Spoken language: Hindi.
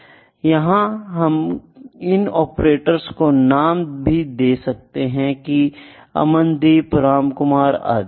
हम यहाँ इन ऑपरेटर्स को नाम भी दे सकते है जैसे की अमनदीप रामकुमार आदि